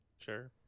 Sure